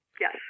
Yes